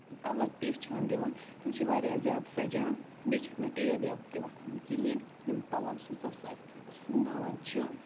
اَلگ پہچان دِوان تِم چھِ واریاہ زیادٕ سَجان بیٚیہِ چھَکھ نہٕ ٹیب ویب تہِ وۄتھان کِہیٖنۍ یِم پَلو سٕژَس اَتھِ سُوناوان چھِ